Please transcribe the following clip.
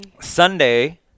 Sunday